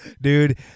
Dude